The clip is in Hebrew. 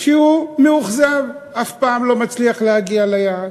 שהוא מאוכזב, אף פעם לא מצליח להגיע ליעד.